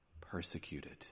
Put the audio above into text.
persecuted